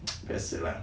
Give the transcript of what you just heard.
biasa lah